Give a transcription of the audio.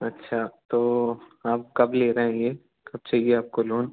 अच्छा तो आप कब ले रहे हैं ये कब चाहिए आपको लोन